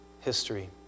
history